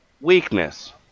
Weakness